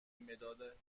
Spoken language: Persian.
مداد